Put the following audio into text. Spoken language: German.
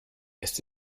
ist